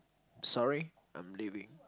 sorry I'm leaving